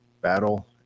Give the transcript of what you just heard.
battle